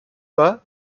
pas